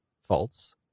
false